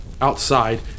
Outside